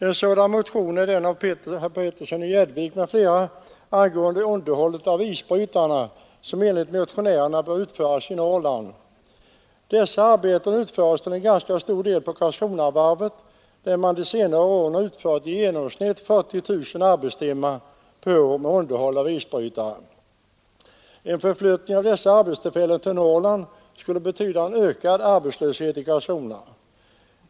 En sådan motion har väckts av herr Petersson i Gäddvik m.fl., som vill att underhållet av statsisbrytarna skall utföras i Norrland. Dessa arbeten utförs till ganska stor del på Karlskronavarvet, där man under senare tid har lagt ned i genomsnitt 40 000 arbetstimmar per år på underhåll av isbrytare. En förflyttning av dessa arbetstillfällen till Norrland skulle betyda en ökad arbetslöshet i Karlskrona.